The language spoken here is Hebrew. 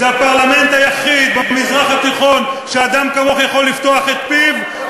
זה הפרלמנט היחיד במזרח התיכון שאדם כמוך יכול לפתוח את פיו,